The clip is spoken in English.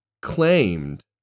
claimed